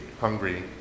hungry